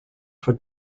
for